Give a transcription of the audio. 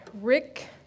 Rick